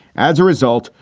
as a result,